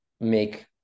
make